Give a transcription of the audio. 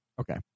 Okay